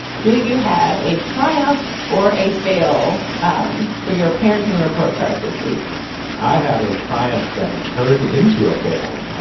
do you have a triumph or a fail um for your parenting report card this week i have a triumph that turned into a fail.